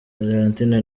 argentine